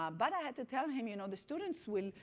um but i had to tell him, you know the students will,